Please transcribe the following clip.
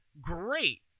great